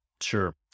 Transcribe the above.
Sure